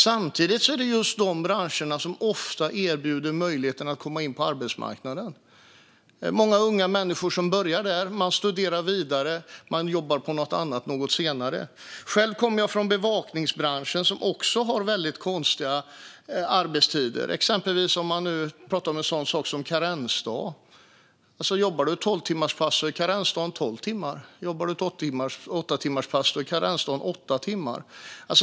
Samtidigt är det just dessa branscher som ofta erbjuder en möjlighet att komma in på arbetsmarknaden. Många unga människor börjar där, studerar vidare och jobbar senare med något annat. Själv kommer jag från bevakningsbranschen, som också har väldigt konstiga arbetstider. Man kan exempelvis ta en sådan sak som karensdagen. Jobbar du ett tolvtimmarspass är karensdagen tolv timmar, och jobbar du ett åttatimmarspass är den åtta timmar.